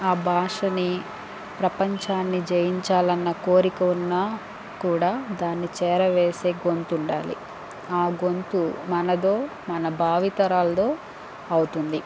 ఆ భాషని ప్రపంచాన్ని జయించాలి అన్న కోరిక ఉన్నా కూడా దాన్ని చేరవేసే గొంతు ఉండాలి ఆ గొంతు మనదో మన భావితరాలదో అవుతుంది